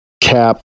Cap